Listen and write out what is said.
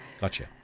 Gotcha